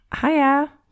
Hiya